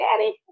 daddy